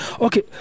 okay